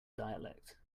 dialect